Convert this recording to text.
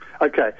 Okay